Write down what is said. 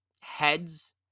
heads